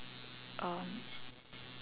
um